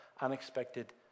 unexpected